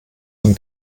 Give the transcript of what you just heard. von